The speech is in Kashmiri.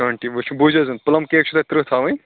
ٹونٹی وٕچھ بوٗزیو حظ پٕلَم کیک چھُ تٕرٛہ تھاوٕنۍ